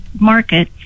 market